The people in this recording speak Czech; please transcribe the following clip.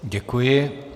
Děkuji.